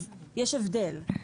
אז יש הבדל.